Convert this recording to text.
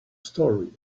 story